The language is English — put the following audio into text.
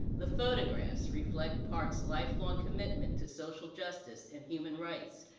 the photographs reflect parks' lifelong commitment to social justice and human rights,